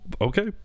Okay